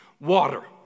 water